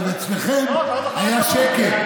אצלכם היה שקט.